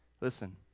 Listen